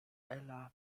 ela